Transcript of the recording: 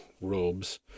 robes